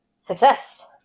Success